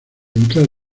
entrar